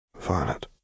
Violet